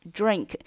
drink